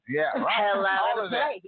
Hello